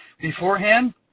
beforehand